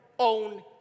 own